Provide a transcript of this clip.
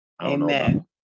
Amen